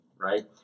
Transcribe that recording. Right